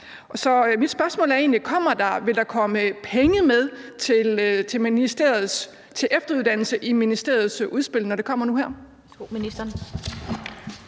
mit spørgsmål er egentlig: Vil der komme penge med til efteruddannelse i ministeriets udspil,